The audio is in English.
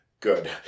Good